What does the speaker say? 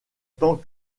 tant